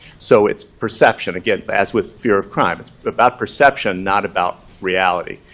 so it's perception, again, as with fear of crime. it's about perception, not about reality.